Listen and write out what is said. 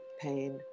pain